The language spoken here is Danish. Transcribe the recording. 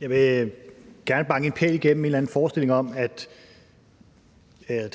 Jeg vil gerne banke en pæl igennem en eller anden forestilling om, at